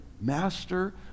master